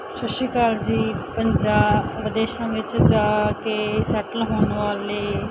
ਸਤਿ ਸ਼੍ਰੀ ਅਕਾਲ ਜੀ ਪੰਜਾਬ ਵਿਦੇਸ਼ਾਂ ਵਿੱਚ ਜਾ ਕੇ ਸੈਟਲ ਹੋਣ ਵਾਲੇ